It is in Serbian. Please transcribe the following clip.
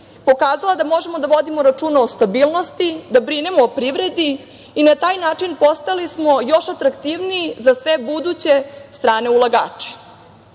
pokazala da možemo da vodimo računa o stabilnosti, da brinemo o privredi i na taj način postali smo još atraktivniji za sve buduće strane